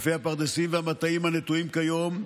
היקפי הפרדסים והמטעים הנטועים כיום,